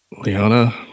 Liana